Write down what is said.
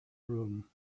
room